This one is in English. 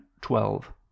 twelve